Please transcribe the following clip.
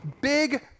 big